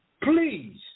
please